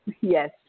Yes